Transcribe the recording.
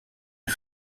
est